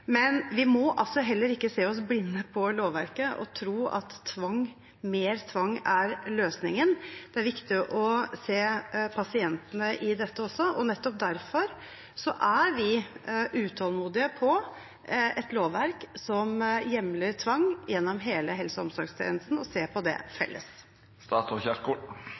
Men vi må heller ikke se oss blinde på lovverket og tro at mer tvang er løsningen. Det er viktig å se pasientene i dette også, og nettopp derfor er vi utålmodige etter et lovverk som hjemler tvang gjennom hele helse- og omsorgstjenesten, og se på det